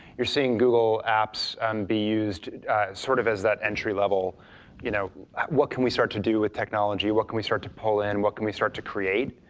you're seeing google apps and be used sort of as that entry level you know what can we start to do with technology, what can we start to pull in, what can we start to create?